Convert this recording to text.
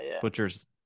butchers